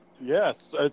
Yes